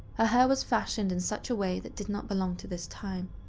her hair was fashioned in such a way that did not belong to this time.